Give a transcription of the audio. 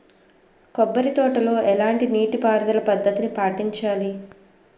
కొబ్బరి తోటలో ఎలాంటి నీటి పారుదల పద్ధతిని పాటించాలి?